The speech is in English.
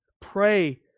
Pray